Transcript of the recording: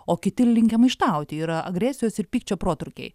o kiti linkę maištauti yra agresijos ir pykčio protrūkiai